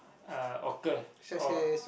uh occur or